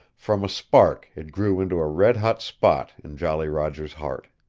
from a spark it grew into a red-hot spot in jolly roger's heart.